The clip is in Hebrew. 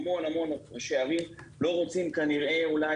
המון המון ראשי ערים לא רוצים כנראה אולי